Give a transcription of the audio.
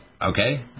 Okay